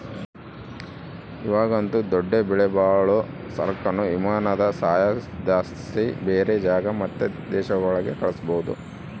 ಇವಾಗಂತೂ ದೊಡ್ಡ ಬೆಲೆಬಾಳೋ ಸರಕುನ್ನ ವಿಮಾನದ ಸಹಾಯುದ್ಲಾಸಿ ಬ್ಯಾರೆ ಜಾಗ ಮತ್ತೆ ದೇಶಗುಳ್ಗೆ ಕಳಿಸ್ಬೋದು